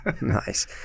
Nice